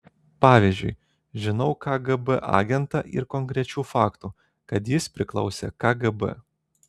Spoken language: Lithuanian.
pavyzdžiui žinau kgb agentą ir konkrečių faktų kad jis priklausė kgb